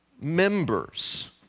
members